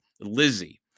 Lizzie